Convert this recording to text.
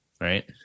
Right